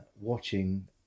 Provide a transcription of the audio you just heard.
watching